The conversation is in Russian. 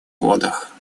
водах